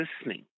listening